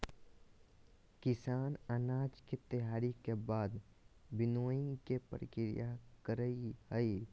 किसान अनाज के तैयारी के बाद विनोइंग के प्रक्रिया करई हई